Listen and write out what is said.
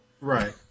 right